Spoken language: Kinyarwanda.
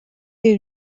ibi